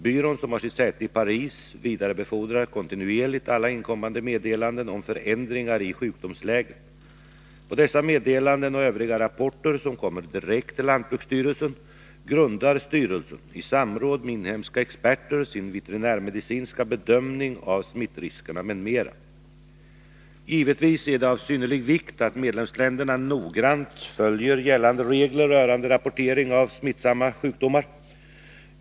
Byrån, som har sitt säte i Paris, vidarebefordrar kontinuerligt alla inkommande meddelanden om förändringar i sjukdomsläget. På dessa meddelanden och övriga rapporter, som kommer direkt till lantbruksstyrelsen, grundar styrelsen i samråd med inhemska experter sin veterinärmedicinska bedömning av smittriskerna m.m. Givetvis är det av synnerlig vikt att medlemsländerna noggrant följer gällande regler rörande rapportering av smittsamma sjukdomar.